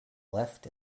left